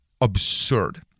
absurd